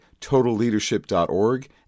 totalleadership.org